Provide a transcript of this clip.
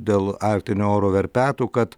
dėl arktinio oro verpetų kad